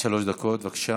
עד שלוש דקות, בבקשה.